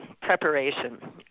preparation